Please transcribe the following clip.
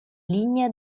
lignea